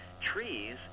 trees